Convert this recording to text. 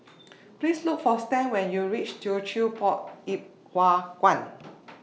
Please Look For Stan when YOU REACH Teochew Poit Ip Huay Kuan